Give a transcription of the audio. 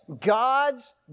God's